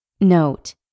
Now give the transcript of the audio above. Note